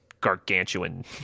gargantuan